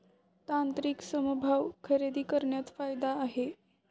तांत्रिक समभाग खरेदी करण्यात फायदा आहे